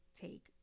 take